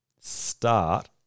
Start